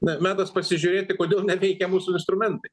na metas pasižiūrėti kodėl neveikia mūsų instrumentai